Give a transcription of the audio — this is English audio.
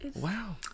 Wow